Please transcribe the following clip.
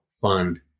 Fund